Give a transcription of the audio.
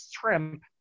shrimp